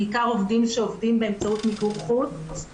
בעיקר עובדים שעובדים באמצעות עמותות,